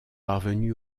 parvenu